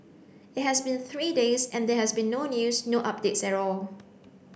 it has been three days and there has been no news no updates at all